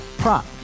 Prop